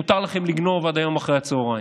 מותר לכם לגנוב עד היום אחר הצוהריים.